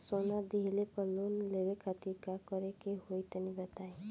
सोना दिहले पर लोन लेवे खातिर का करे क होई तनि बताई?